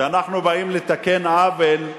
אנחנו באים לתקן עוול.